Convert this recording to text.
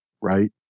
right